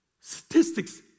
Statistics